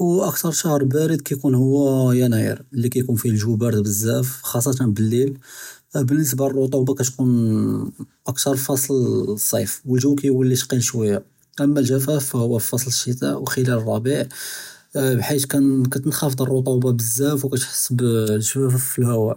וְאַכְתַּר שְעוּרוֹר בַּארְד הוּא יַנַאיר לִי כּיְקוּן פִיהוּ לְגַוּ בַּארְד בְּזַאף חַסָּאסַה פַלְלַיְל, אַמָּא בִּנְסְבַּה לְרְטוּבַּה כּתְקוּן אַכְתַּר פִּפְּסֶל סַיִּף וּלְגַוּ כּיְווַלִי תַּקִיל שְוַיָּה, אַמָּא לְגִ'פָּה הִיא פִּפְּסֶל שְּתָא וּכְ'לַאל לְרַבִּיע בְּחֵית כּתְנְחַאפِض רְטוּבַּה בְּזַאף וְכּתְחֵס בְּגִ'פָּה פַלְהַוַא.